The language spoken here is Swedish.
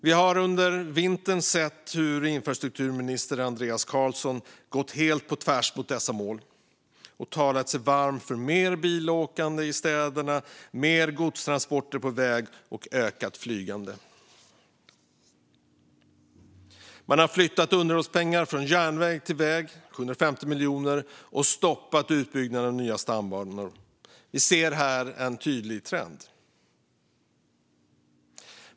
Vi har under vintern sett hur infrastrukturminister Andreas Carlson gått helt på tvärs mot dessa mål och talat sig varm för mer bilåkande i städerna, fler godstransporter på väg och ökat flygande. Man har flyttat underhållspengar från järnväg till väg, 750 miljoner, och stoppat utbyggnaden av nya stambanor. Vi ser här en tydlig trend.